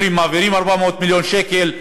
אומרים: מעבירים 400 מיליון שקל,